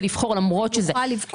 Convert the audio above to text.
יוכל לבחור לעשות את זה דרך הבנקים.